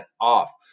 off